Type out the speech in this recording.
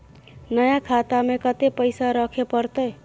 नया खाता में कत्ते पैसा रखे परतै?